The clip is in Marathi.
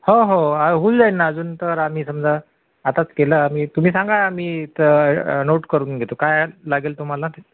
हो हो होऊन जाईल ना अजून तर आम्ही समजा आताच केलं आम्ही तुम्ही सांगा मी इथं नोट करून घेतो काय लागेल तुम्हाला